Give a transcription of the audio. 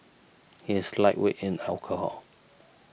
he is lightweight in alcohol